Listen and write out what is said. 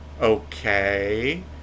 okay